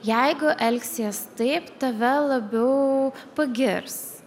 jeigu elgsies taip tave labiau pagirs